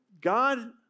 God